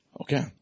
Okay